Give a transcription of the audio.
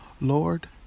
Lord